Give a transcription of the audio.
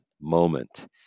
moment